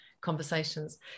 conversations